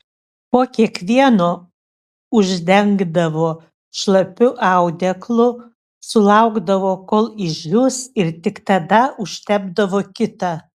po kiekvieno uždengdavo šlapiu audeklu sulaukdavo kol išdžius ir tik tada užtepdavo kitą